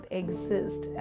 exist